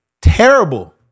Terrible